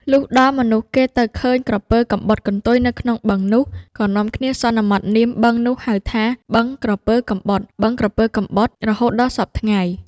លុះដល់មនុស្សគេទៅឃើញក្រពើកំបុតកន្ទុយនៅក្នុងបឹងនោះ ក៏នាំគ្នាសន្មតនាមបឹងនោះហៅថា “បឹងក្រពើកំបុតៗ” រហូតដល់សព្វថ្ងៃ ។